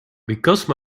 because